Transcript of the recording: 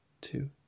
two